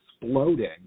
exploding